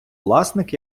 власник